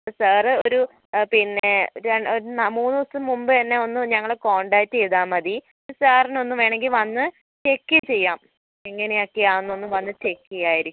sir ഒരു പിന്നെ ഒരു മൂന്ന് ദിവസം മുൻപ് എന്നേ ഒന്ന് ഞങ്ങളേ കോൺടാക്ട് ചെയ്താൽ മതി സാറിന് ഒന്ന് വേണമെങ്കിൽ വന്ന് ചെക്ക് ചെയ്യാം എങ്ങനെ ഒക്കെയാന്ന് ഒന്ന് വന്ന് ചെക്ക് ചെയ്യാമായിരിക്കും